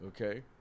Okay